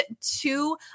two